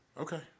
Okay